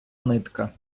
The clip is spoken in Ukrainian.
нитка